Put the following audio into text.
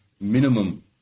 minimum